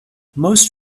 most